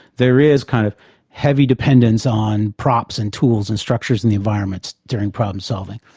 there is kind of heavy dependence on props and tools and structures and the environments during problem solving.